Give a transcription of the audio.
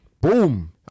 boom